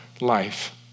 life